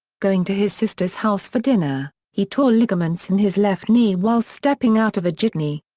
going to his sister's house for dinner, he tore ligaments in his left knee while stepping out of a jitney.